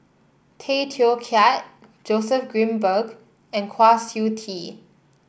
Tay Teow Kiat Joseph Grimberg and Kwa Siew Tee